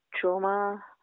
trauma